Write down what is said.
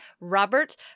Robert